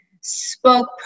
spoke